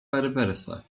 perverse